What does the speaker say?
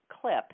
clip